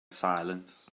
silence